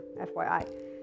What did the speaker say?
fyi